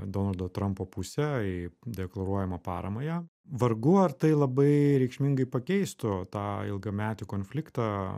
donaldo trampo pusę į deklaruojamą paramą jam vargu ar tai labai reikšmingai pakeistų tą ilgametį konfliktą